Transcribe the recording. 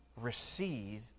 receive